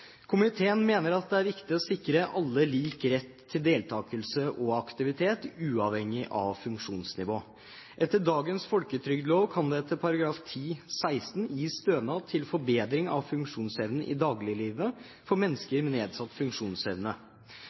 Komiteen mener at det er viktig å sikre alle lik rett til deltakelse og aktivitet, uavhengig av funksjonsnivå. Etter dagens folketrygdlov kan det etter § 10-6 gis stønad til forbedring av funksjonsevnen i dagliglivet for mennesker med nedsatt funksjonsevne.